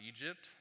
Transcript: Egypt